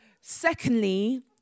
Secondly